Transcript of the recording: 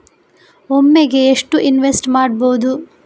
ಒಮ್ಮೆಗೆ ಎಷ್ಟು ಇನ್ವೆಸ್ಟ್ ಮಾಡ್ಬೊದು?